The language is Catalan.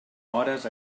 hores